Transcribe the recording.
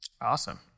Awesome